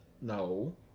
no